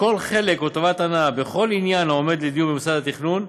כל חלק או טובת הנאה בכל עניין העומד לדיון במוסד התכנון,